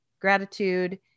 gratitude